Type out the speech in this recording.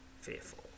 fearful